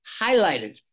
highlighted